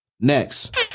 next